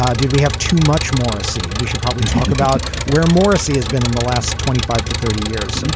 um did we have too much morrissey. we should probably talk about where morrissey has been in the last twenty five to thirty years.